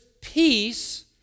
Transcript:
peace